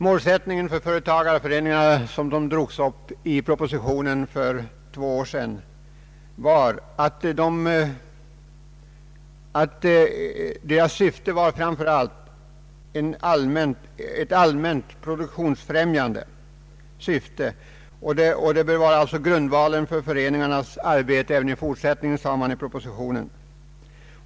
Målsättningen för företagareföreningarna — såsom den angavs i propositionen för två år sedan — var att föreningarna framför allt skulle ha till syfte att driva en allmänt produktionsfrämjande verksamhet. ”Ett allmänt produktionsfrämjande syfte bör vara grundvalen för föreningarnas arbete”, skrev man i propositionen.